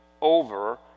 over